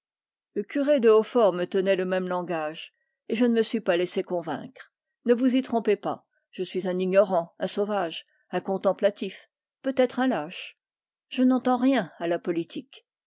le curé de hautfort me tenait le même langage et je ne me suis pas laissé convaincre ne vous y trompez pas je suis un ignorant un contemplatif peut-être un lâche je n'entends rien à la politique